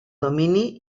domini